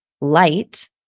light